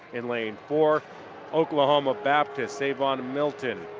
in lane four oklahoma baptist. sayvon milton,